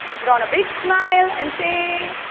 put on a big smile and say,